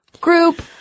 group